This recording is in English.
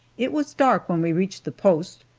it was dark when we reached the post,